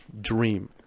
dream